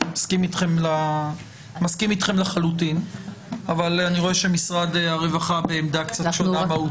אני מסכים איתכם לחלוטין אבל אני רואה שמשרד הרווחה בעמדה קצת שונה.